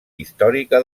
històrica